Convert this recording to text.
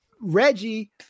Reggie